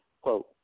Quote